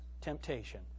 temptation